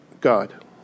God